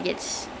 mm